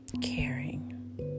caring